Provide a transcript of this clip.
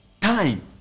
Time